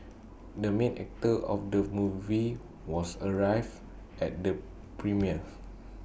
the main actor of the movie was arrived at the premiere